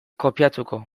kopiatuko